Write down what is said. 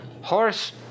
horse